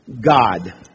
God